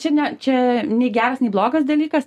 čia ne čia nei geras nei blogas dalykas